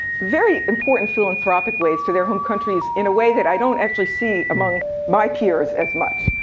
very important philanthropic ways, to their home countries in a way that i don't actually see among my peers as much.